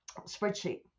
spreadsheet